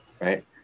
right